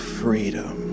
freedom